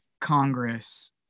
congress